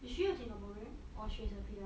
is he a singaporean or she's a P_R